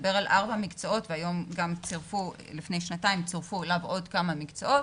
שמדבר על ארבעה מקצועות ולפני שנתיים צירפו אליו עוד כמה מקצועות